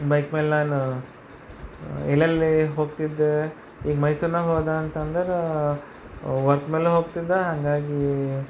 bike ಮೇಲೆ ನಾನು ಎಲ್ಲೆಲ್ಲಿ ಹೋಗ್ತಿದ್ದೆ ಈಗ ಮೈಸೂರ್ನಾಗೆ ಹೋದೆ ಅಂತಂದ್ರೆ ವರ್ಕ್ ಮೇಲೆ ಹೋಗ್ತಿದ್ದೆ ಹಾಗಾಗಿ